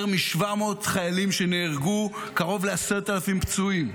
יותר מ-700 חיילים שנהרגו, קרוב ל-10,000 פצועים.